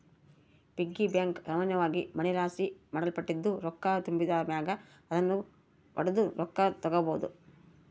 piggy bank ಸಾಮಾನ್ಯವಾಗಿ ಮಣ್ಣಿನಲಾಸಿ ಮಾಡಲ್ಪಟ್ಟಿದ್ದು, ರೊಕ್ಕ ತುಂಬಿದ್ ಮ್ಯಾಗ ಅದುನ್ನು ಒಡುದು ರೊಕ್ಕ ತಗೀಬೋದು